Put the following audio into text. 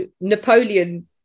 Napoleon